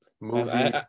Movie